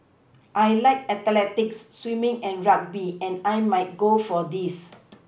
I like athletics swimming and rugby and I might go for these